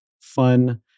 fun